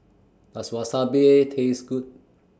Does Wasabi Taste Good